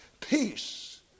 peace